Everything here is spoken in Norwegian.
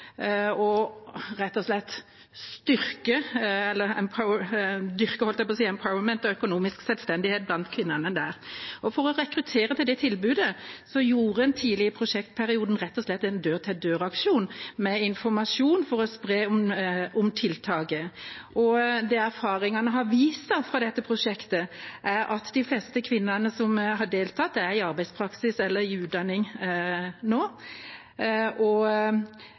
rett og slett gjennom «empowerment» og økonomisk selvstendighet blant kvinnene der. For å rekruttere til det tilbudet gjennomførte en tidlig i prosjektperioden en dør-til-dør-aksjon for å spre informasjon om tiltaket, og det erfaringene fra dette prosjektet har vist, er at de fleste kvinnene som har deltatt, er i arbeidspraksis eller i utdanning nå. Nav Drammen har også lagt Jobbsjansen for kvinner inn i ordinær drift og